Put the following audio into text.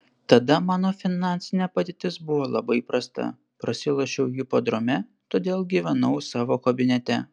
tada mano finansinė padėtis buvo labai prasta prasilošiau hipodrome todėl gyvenau savo kabinete